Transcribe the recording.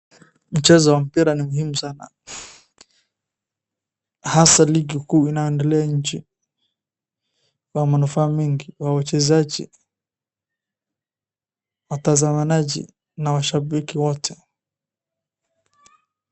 Mchezo wa mpira ni muhimu sana, hasa ligi kuu inayoendelea nchi. Ina manufaa mengi kwa wachezaji, watazamanaji na washabiki wote.